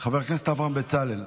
חבר הכנסת אברהם בצלאל,